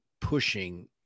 pushing